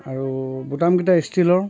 আৰু বুটামকেইটা ষ্টীলৰ